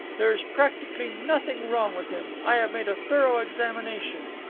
there is practically nothing wrong with him. i have made a thorough examination.